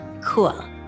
cool